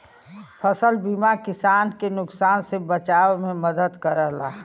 फसल बीमा किसान के नुकसान से बचाव में मदद करला